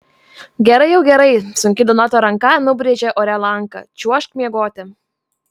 gerai jau gerai sunki donato ranka nubrėžė ore lanką čiuožk miegoti